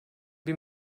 bir